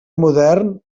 modern